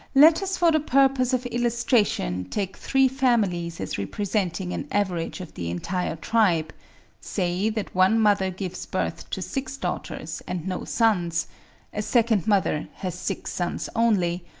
let us for the purpose of illustration take three families as representing an average of the entire tribe say that one mother gives birth to six daughters and no sons a second mother has six sons only,